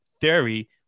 theory